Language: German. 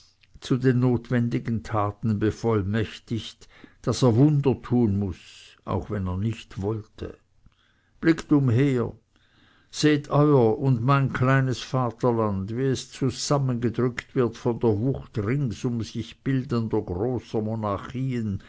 zu den notwendigen taten bevollmächtigt daß er wunder tun muß auch wenn er nicht wollte blickt umher seht euer und mein kleines vaterland wie es zusammengedrückt wird von der wucht ringsum sich bildender großer